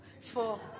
Four